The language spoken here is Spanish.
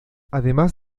además